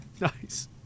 Nice